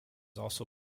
also